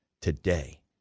today